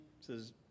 Says